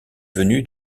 venu